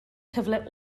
cyfle